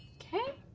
okay.